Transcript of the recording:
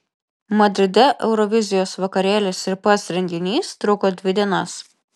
madride eurovizijos vakarėlis ir pats renginys truko dvi dienas